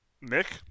Nick